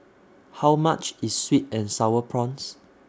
How much IS Sweet and Sour Prawns